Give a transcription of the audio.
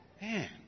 man